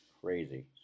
Crazy